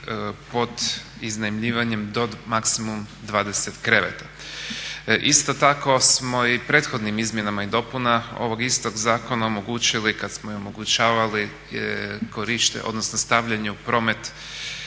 pod iznajmljivanjem do maksimum 20 kreveta. Isto tako smo i prethodnim izmjenama i dopuna ovog istog zakona omogućili kada smo im omogućavali stavljanje u promet